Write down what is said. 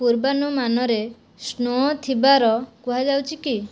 ପୂର୍ବାନୁମାନରେ snow ଥିବାର କୁହାଯାଉଛି କି